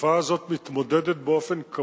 בתופעה הזאת יש התמודדות קבועה